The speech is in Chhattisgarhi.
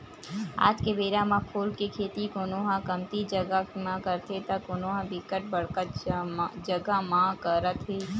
आज के बेरा म फूल के खेती कोनो ह कमती जगा म करथे त कोनो ह बिकट बड़का जगा म करत हे